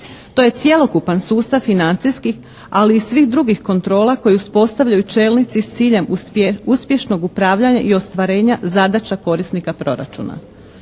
To je cjelokupan sustav financijskih ali i svih drugih kontrola koje uspostavljaju čelnici s ciljem uspješnog upravljanja i ostvarenja zadaća korisnika proračuna.